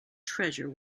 treasure